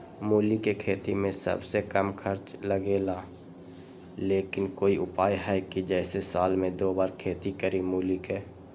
मूली के खेती में सबसे कम खर्च लगेला लेकिन कोई उपाय है कि जेसे साल में दो बार खेती करी मूली के?